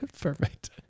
Perfect